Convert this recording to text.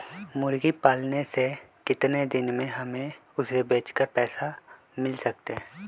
मुर्गी पालने से कितने दिन में हमें उसे बेचकर पैसे मिल सकते हैं?